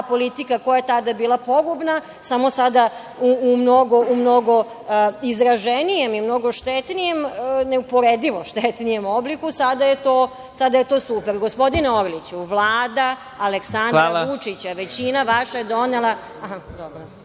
politika koja je tada bila pogubna, samo sada u mnogo izraženijem i mnogo štetnijem, neuporedivo štetnijem obliku, sada je to super. Gospodine Orliću, Vlada Aleksandra Vučića, većina vaša je donela